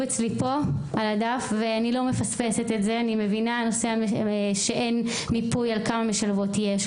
אני מבינה שאין מיפוי כמה משלבות יש,